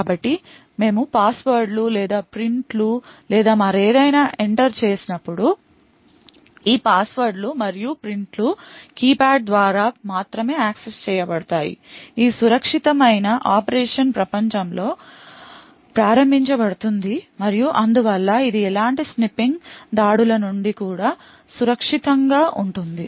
కాబట్టి మేము పాస్వర్డ్లు లేదా ప్రింట్లు లేదా మరేదైనా ఎంటర్ చేసినప్పుడల్లా ఈ పాస్వర్డ్లు మరియు ప్రింట్లు కీప్యాడ్ ద్వారా మాత్రమే యాక్సెస్ చేయబడతాయి ఈ సురక్షితమైన ఆపరేషన్ ప్రపంచంలో ప్రారంభించబడుతుంది మరియు అందువల్ల ఇది ఎలాంటి స్నిప్పింగ్ దాడుల నుండి కూడా సురక్షితంగా ఉంటుంది